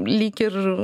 lyg ir